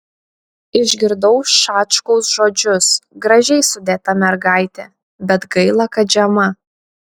išgirdau šačkaus žodžius gražiai sudėta mergaitė bet gaila kad žema